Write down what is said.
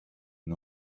and